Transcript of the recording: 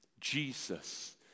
Jesus